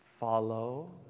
follow